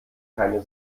keine